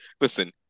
listen